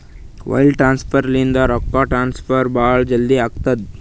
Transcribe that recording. wire transfer ಲಿಂತ ರೊಕ್ಕಾ transfer ಭಾಳ್ ಜಲ್ದಿ ಆತ್ತುದ